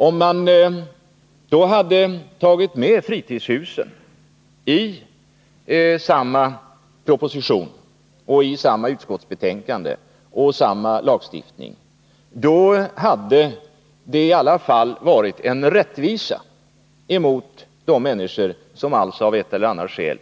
Om man då hade tagit med fritidshusen i samma proposition, i samma utskottsbetänkande och i samma lagstiftning hade det i alla fall varit en rättvisa gentemot de människor som av ett eller annat skäl